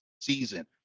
season